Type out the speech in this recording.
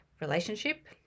relationship